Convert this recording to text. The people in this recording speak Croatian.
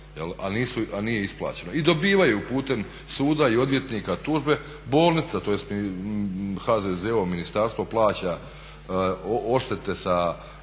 a nije isplaćeno i dobivaju putem suda i odvjetnika tužbe. Bolnica tj. HZZO, ministarstvo plaća odštete sa